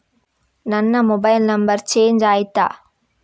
ನನ್ನ mobile number change ಆಯ್ತಾ?